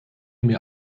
mir